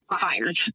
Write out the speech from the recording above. fired